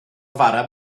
fara